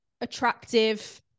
attractive